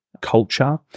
culture